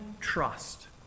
trust